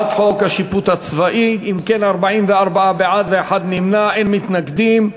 44 בעד, אין מתנגדים,